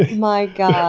my god,